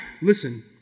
listen